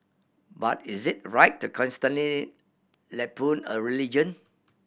but is it right to constantly lampoon a religion